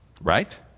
Right